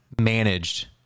managed